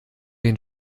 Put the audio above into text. den